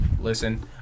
Listen